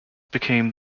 became